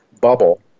bubble